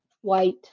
white